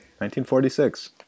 1946